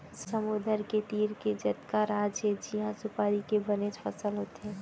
समुद्दर के तीर के जतका राज हे तिहॉं सुपारी के बनेच फसल होथे